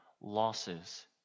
losses